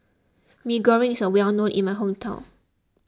Mee Goreng is well known in my hometown